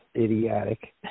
idiotic